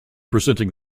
presenting